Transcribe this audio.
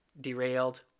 derailed